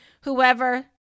whoever